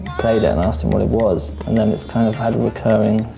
played it and i asked him what it was. and then it's kind of had a recurring.